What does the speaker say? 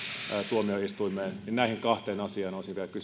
tuomioistuimeen näihin kahteen asiaan